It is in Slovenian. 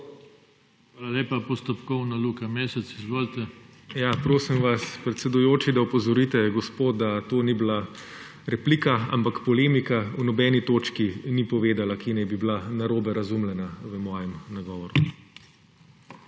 Hvala lepa. Postopkovno, Luka Mesec, izvolite. **LUKA MESEC (PS Levica):** Prosim vas, predsedujoči, da opozorite gospo, da to ni bila replika, ampak polemika. V nobeni točki ni povedala, kje naj bi bila narobe razumljena v mojem nagovoru.